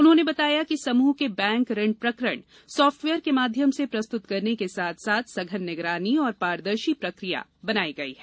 उन्होंने बताया कि समूह के बैंक ऋण प्रकरण सॉफ्टवेयर के माध्यम से प्रस्तुत करने के साथ साथ सघन निगरानी और पारदर्शी प्रक्रिया बनाई गई है